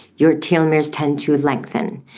your telomeres tend to lengthen.